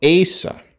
Asa